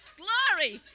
glory